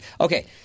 Okay